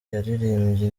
yaririmbye